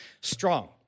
strong